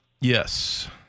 yes